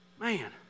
Man